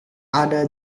ada